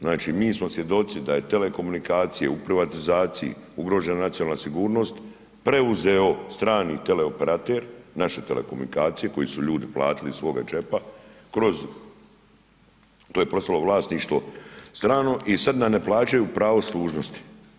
Znači mi smo svjedoci da je telekomunikacije u privatizaciji ugrožena nacionalna sigurnost, preuzeo strani teleoperater, naše telekomunikacije koje su ljudi platili iz svoga džepa kroz, to je postalo vlasništvo strano i sad nam ne plaćaju pravo služnosti.